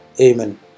Amen